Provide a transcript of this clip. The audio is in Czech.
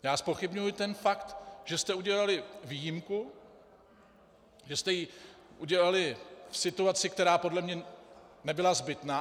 Já zpochybňuji ten fakt, že jste udělali výjimku, že jste ji udělali v situaci, která podle mě nebyla zbytná.